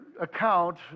account